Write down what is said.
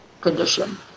condition